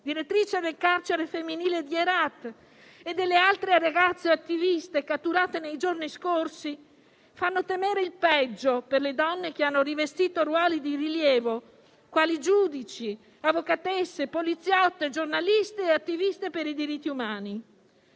direttrice del carcere femminile di Herat, e delle altre ragazze attiviste catturate nei giorni scorsi fanno temere il peggio per le donne che hanno rivestito ruoli di rilievo quali giudici, avvocatesse, poliziotte, giornaliste e attiviste per i diritti umani.